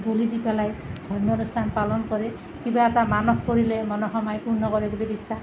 বলি দি পেলাই ধৰ্মীয় অনুষ্ঠান পালন কৰে কিবা এটা মানস কৰিলে মনসা মায়ে পূৰ্ণ কৰে বুলি বিশ্বাস